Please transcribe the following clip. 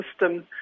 system